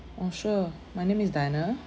oh sure my name is diana